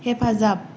हेफाजाब